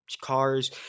cars